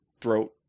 throat